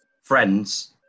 friends